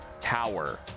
tower